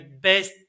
best